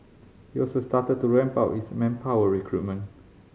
has also started to ramp up its manpower recruitment